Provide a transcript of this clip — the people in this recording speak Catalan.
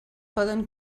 poden